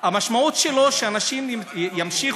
המשמעות שלו היא שאנשים ימשיכו,